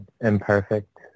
imperfect